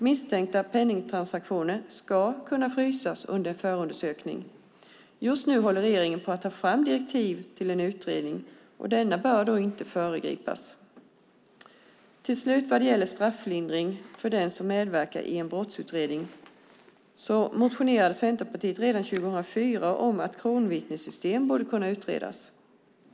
Misstänkta penningtransaktioner ska kunna frysas under en förundersökning. Just nu håller regeringen på att ta fram direktiv till en utredning, och denna bör inte föregripas. Vad gäller strafflindring för den som medverkar i en brottsutredning motionerade Centerpartiet redan 2004 om att kronvittnessystem borde kunna utredas.